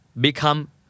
become